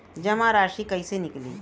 जमा राशि कइसे निकली?